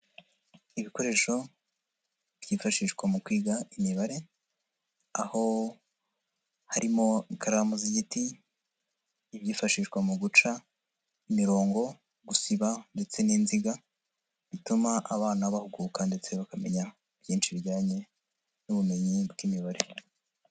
Ibikoresho byifashishwa mu kwiga imibare aho harimo ikaramu z'igiti ibyifashishwa mu guca imirongo, gusiba ndetse n'inziga bituma abana bakuka ndetse bakamenya byinshi bijyanye n'ubumenyi bw'imibare.